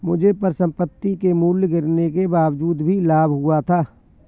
मुझे परिसंपत्ति के मूल्य गिरने के बावजूद भी लाभ हुआ था